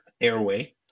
Airway